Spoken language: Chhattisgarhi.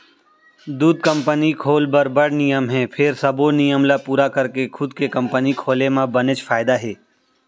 दूद कंपनी खोल बर बड़ नियम हे फेर सबो नियम ल पूरा करके खुद के कंपनी खोले म बनेच फायदा हे